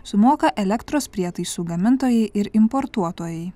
sumoka elektros prietaisų gamintojai ir importuotojai